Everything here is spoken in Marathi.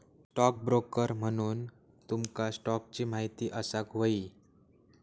स्टॉकब्रोकर बनूक तुमका स्टॉक्सची महिती असाक व्हयी